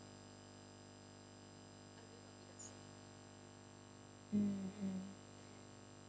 mm mm